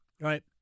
right